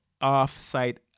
off-site